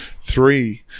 three